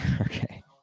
okay